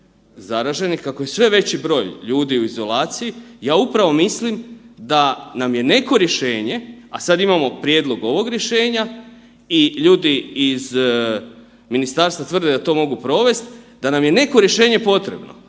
kako je sve veći broj ljudi u izolaciji, ja upravo mislim da nam je neko rješenje, a sad imamo prijedlog ovog rješenja i ljudi iz ministarstva tvrde da to mogu provesti, da nam je neko rješenje potrebno